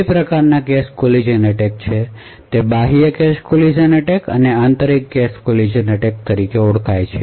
બે પ્રકારના cache collision attack છે તે બાહ્ય કેશ કોલીજન એટેક અને આંતરિક કેશ કોલીજન એટેક છે